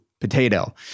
Potato